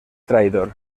traidor